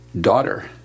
daughter